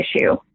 issue